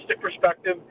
perspective